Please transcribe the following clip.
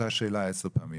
אותה שאלה עשר פעמים.